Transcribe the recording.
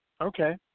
Okay